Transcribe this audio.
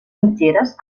mitgeres